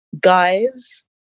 guys